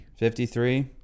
53